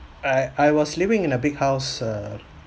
I I was living in a big house err